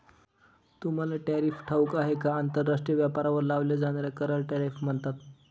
तुम्हाला टॅरिफ ठाऊक आहे का? आंतरराष्ट्रीय व्यापारावर लावल्या जाणाऱ्या कराला टॅरिफ म्हणतात